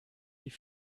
die